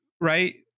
right